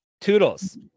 Toodles